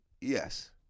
yes